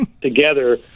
together